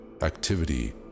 activity